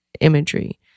imagery